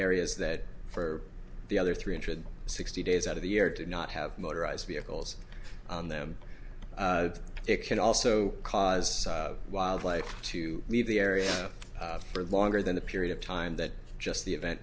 areas that for the other three hundred sixty days out of the year did not have motorized vehicles on them it can also cause wildlife to leave the area for longer than a period of time that just the event